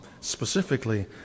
specifically